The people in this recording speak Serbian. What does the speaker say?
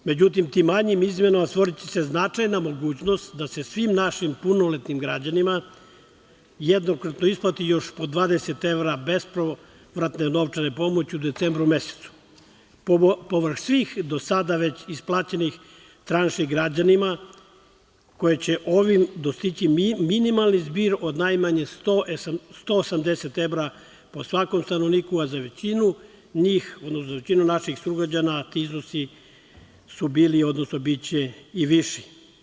Međutim, tim manjim izmenama ostvariće se značajna mogućnost da se svim našim punoletnim građanima jednokratno isplati još po 20 evra bespovratne novčane pomoći u decembru mesecu povrh svih do sada već isplaćenih tranši građanima koje će ovim dostići minimalni zbir od najmanje 180 evra po svakom stanovniku, a za većinu njih, odnosno za većinu naših sugrađana ti iznosi su bili, odnosno biće i viši.